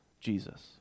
Jesus